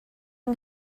yng